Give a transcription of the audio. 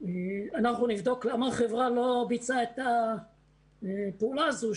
אנחנו נבדוק למה החברה לא ביצעה את הפעולה הזו,